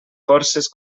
forces